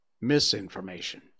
misinformation